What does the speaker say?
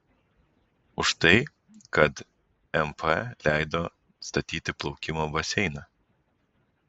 už tai kad mp leido statyti plaukimo baseiną